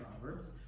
Proverbs